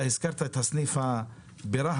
הזכרת את הסניף ברהט